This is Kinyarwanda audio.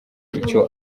icyo